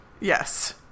Yes